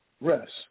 rest